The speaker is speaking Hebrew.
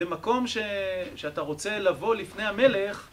במקום שאתה רוצה לבוא לפני המלך...